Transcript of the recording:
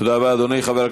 תודה רבה, אדוני.